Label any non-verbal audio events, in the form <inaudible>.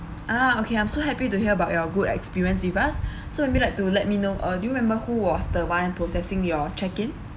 ah okay I'm so happy to hear about your good experience with us <breath> so may be like to let me know uh do you remember who was the one processing your check-in